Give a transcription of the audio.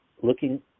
looking